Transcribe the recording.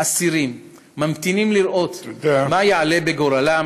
אסירים ממתינים לראות מה יעלה בגורלם